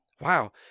Wow